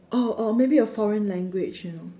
or or maybe a foreign language you know